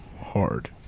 Hard